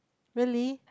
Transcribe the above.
really